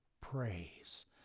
praise